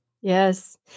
Yes